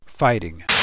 Fighting